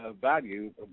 value